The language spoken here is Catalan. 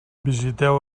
visiteu